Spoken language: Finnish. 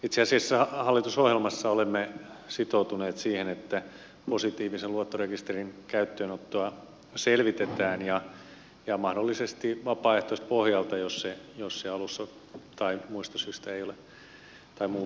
itse asiassa hallitusohjelmassa olemme sitoutuneet siihen että positiivisen luottorekisterin käyttöönottoa selvitetään mahdollisesti vapaaehtoispohjalta jos se muutoin ei ole mahdollista